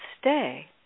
stay